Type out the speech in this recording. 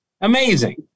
Amazing